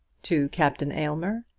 to captain aylmer?